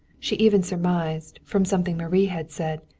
she even surmised, from something marie had said,